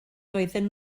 doedden